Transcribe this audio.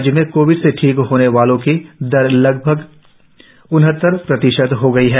राज्य में कोविड से ठीक होने वाले की दर लगभग उनहत्तर प्रतिशत हो गई है